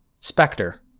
Spectre